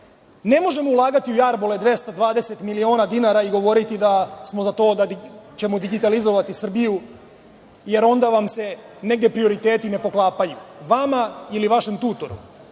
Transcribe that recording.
Ne možemo ulagati u jarbole 220 miliona dinara i govoriti da smo ćemo digitalizovati Srbiju jer onda vam se negde prioriteti ne poklapaju, vama ili vašem tutoru.